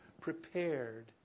prepared